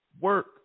work